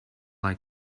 like